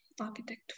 architect